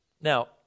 Now